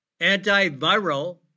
antiviral